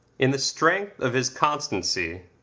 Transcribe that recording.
in the strength of his constancy,